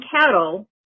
Cattle